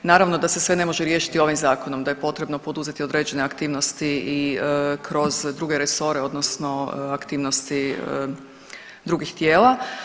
Naravno da se sve ne može riješiti ovom zakonom, da je potrebno poduzeti određene aktivnosti i kroz druge resore odnosno aktivnosti drugih tijela.